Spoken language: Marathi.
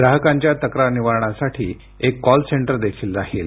ग्राहकांच्या तक्रार निवारणासाठी एक कॉल सेंटर देखील राहील